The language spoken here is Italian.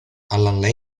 lane